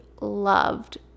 loved